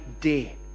day